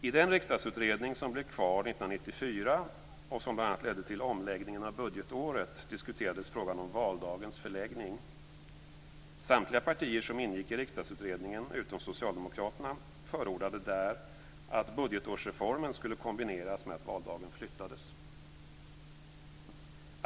I den riksdagsutredning som blev klar 1994 och som bl.a. ledde till omläggningen av budgetåret diskuterades frågan om valdagens förläggning. Samtliga partier som ingick i Riksdagsutredningen, utom Socialdemokraterna, förordade där att budgetårsreformen skulle kombineras med att valdagen flyttades.